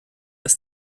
ist